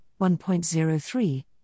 1.03